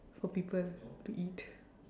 for people to eat